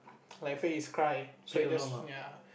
like fake his cry so he just ya